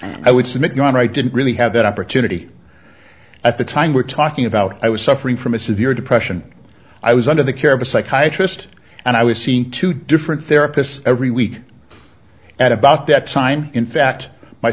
honor i didn't really have that opportunity at the time we're talking about i was suffering from a severe depression i was under the care of a psychiatrist and i was seeing two different therapists every week at about that time in fact my